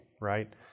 right